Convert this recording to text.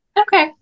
okay